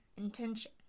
intention